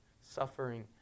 Suffering